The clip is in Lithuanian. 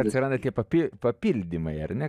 atsiranda kaip apie papildymai ar ne